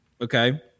okay